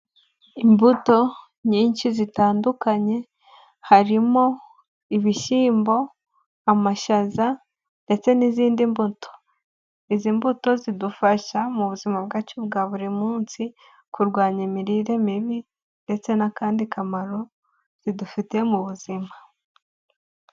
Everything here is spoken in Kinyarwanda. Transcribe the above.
Imbuto nyinshi zitandukanye harimo: ibishyimbo, amashaza ndetse n'izindi mbuto. Izi mbuto zidufasha mu buzima bwacu bwa buri munsi, kurwanya imirire mibi ndetse n'akandi kamaro zidufitiye mu buzima.